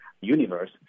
universe